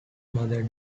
mother